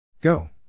Go